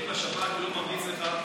אם השב"כ לא ממליץ לך,